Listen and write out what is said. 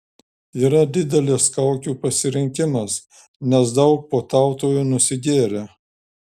yra didelis kaukių pasirinkimas nes daug puotautojų nusigėrė